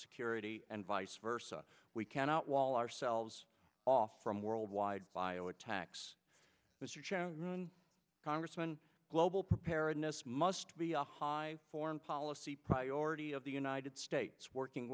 security and vice versa we cannot wall ourselves off from worldwide bio attacks mr chairman congressman global preparedness must be a high foreign policy priority of the united states working